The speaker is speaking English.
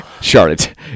Charlotte